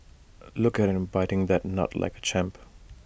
look at him biting that nut like A champ